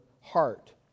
heart